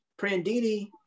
Prandini